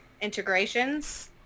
integrations